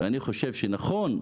אני חושב שנכון,